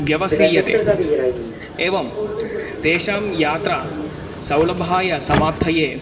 व्यवह्रीयते एवं तेषां यात्रा सौलभाय समाप्तये